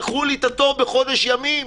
דחו לי את התור בחודש ימים.